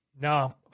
no